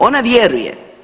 Ona vjeruje.